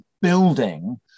building